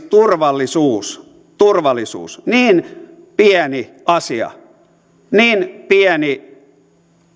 turvallisuus turvallisuus niin pieni asia niin pieni